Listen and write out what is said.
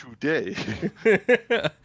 today